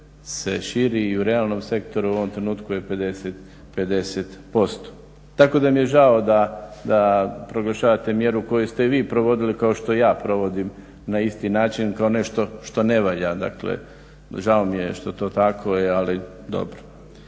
se širi i u realnom sektoru i u ovom trenutku je 50%. Tako da mi je žao da proglašavate mjeru koju ste vi provodili kao što ja provodim na isti način kao nešto što ne valja. žao mi je što je to tako, ali dobro.